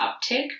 uptick